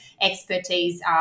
expertise